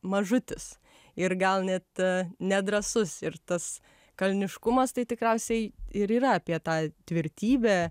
mažutis ir gal net a nedrąsus ir tas kalniškumas tai tikriausiai ir yra apie tą tvirtybę